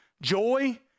joy